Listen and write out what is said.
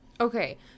okay